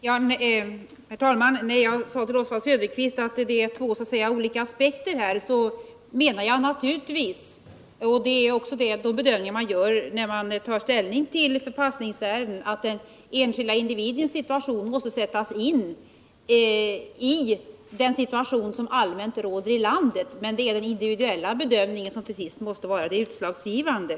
Herr talman! När jag sade till Oswald Söderqvist att två olika aspekter föreligger här, så menade jag — och det är också den bedömning som görs när man tar ställning till förpassningsärenden — att den enskilda individens situation naturligtvis måste sättas i samband med den situation som allmänt råder i landet, men att den individuella bedömninren till sist måste vara utslagsgivande.